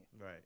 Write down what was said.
Right